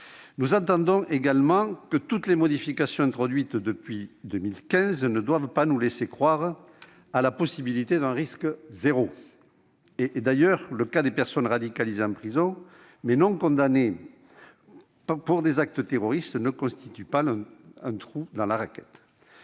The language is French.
les différents régimes. Toutes les modifications introduites depuis 2015 ne doivent pas nous laisser croire à la possibilité d'un « risque zéro ». De ce point de vue, le cas des personnes radicalisées en prison, mais non condamnées pour des actes de terrorisme, ne constitue-t-il pas un trou dans la raquette